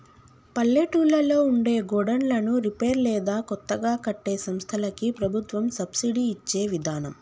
పల్లెటూళ్లలో ఉండే గోడన్లను రిపేర్ లేదా కొత్తగా కట్టే సంస్థలకి ప్రభుత్వం సబ్సిడి ఇచ్చే విదానం